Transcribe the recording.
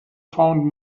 found